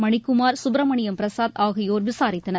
மணிக்குமார் சுப்பிரமணியம் பிரசாத் ஆகியோர் விசாரித்தனர்